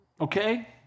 Okay